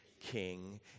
king